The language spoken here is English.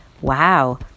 Wow